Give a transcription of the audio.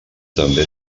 també